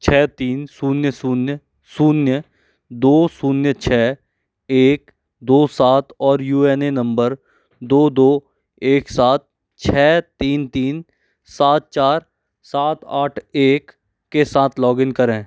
छ तीन शून्य शून्य शून्य दो शून्य छ एक दो सात और यू एन ए नंबर दो दो एक सात छ तीन तीन सात चार सात आठ एक के साथ लॉगिन करें